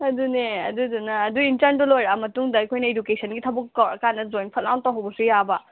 ꯑꯗꯨꯅꯦ ꯑꯗꯨꯗꯨꯅ ꯑꯗꯨ ꯏꯟꯇꯔꯟꯗꯣ ꯂꯣꯏꯔꯛꯑ ꯃꯇꯨꯡꯗ ꯑꯩꯈꯣꯏꯅ ꯏꯗꯨꯀꯦꯁꯟꯒꯤ ꯊꯕꯛ ꯀꯧꯔꯛꯑꯀꯥꯟꯗ ꯖꯣꯏꯟ ꯐꯠ ꯂꯥꯎꯅ ꯇꯧꯍꯧꯕꯁꯨ ꯌꯥꯕ